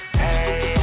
hey